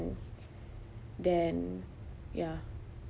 than ya